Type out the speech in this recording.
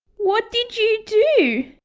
what did you do?